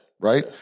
right